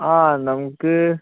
ആ നമുക്ക്